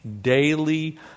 daily